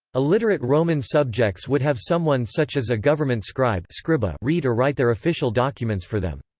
illiterate roman subjects would have someone such as a government scribe scribe ah read or write their official documents for them.